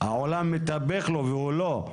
העולם מתהפך לו והוא לא.